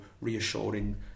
reassuring